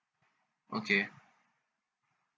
okay